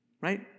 right